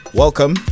welcome